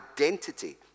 identity